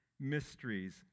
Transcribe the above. mysteries